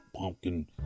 pumpkin